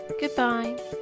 Goodbye